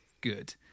good